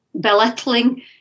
belittling